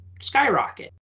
skyrocket